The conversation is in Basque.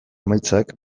emaitzak